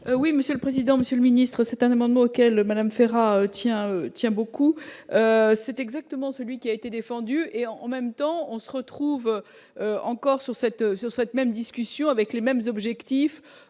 Oui, Monsieur le président, Monsieur le Ministre, cet amendement auquel Madame Ferrat, tiens tiens beaucoup, c'est exactement celui qui a été défendue et en même temps on se retrouve encore sur cette sur cette même discussion avec les mêmes objectifs.